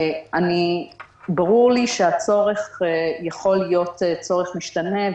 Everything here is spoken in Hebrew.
ברור לי שהצורך יכול להיות צורך משתנה,